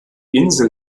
insel